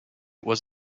was